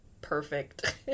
perfect